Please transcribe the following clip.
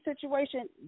situation